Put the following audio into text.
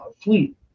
fleet